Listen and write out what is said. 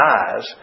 eyes